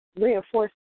reinforce